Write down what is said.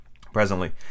Presently